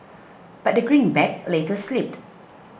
but the greenback later slipped